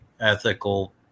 ethical